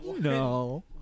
No